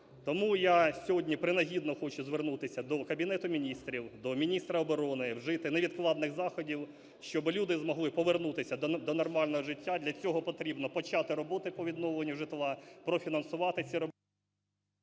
Тому я сьогодні принагідно хочу звернутися до Кабінету Міністрів, до міністра оборони вжити невідкладних заходів, щоб люди змогли повернутися до нормального життя. Для цього потрібно почати роботи по відновленню життя, профінансувати ці…